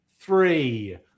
three